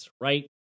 right